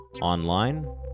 online